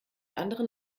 anderen